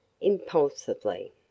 impulsively